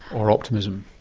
or optimism?